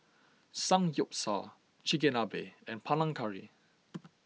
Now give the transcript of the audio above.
Samgyeopsal Chigenabe and Panang Curry